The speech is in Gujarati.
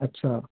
અચ્છા